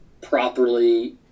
properly